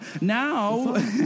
Now